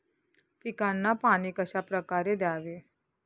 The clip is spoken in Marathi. पिकांना पाणी कशाप्रकारे द्यावे?